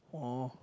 oh